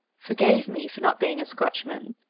forgave me for not being a scotchman,